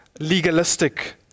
legalistic